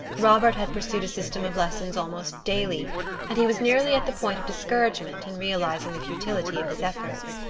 robert had pursued a system of lessons almost daily and he was nearly at the point of discouragement in realizing the futility of his efforts.